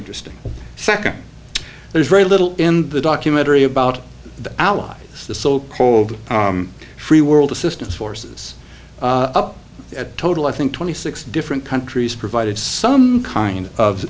interesting second there's very little in the documentary about the allies the so cold free world assistance forces up at total i think twenty six different countries provided some kind of